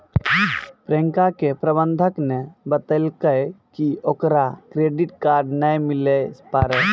प्रियंका के प्रबंधक ने बतैलकै कि ओकरा क्रेडिट कार्ड नै मिलै पारै